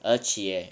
而且